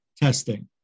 testing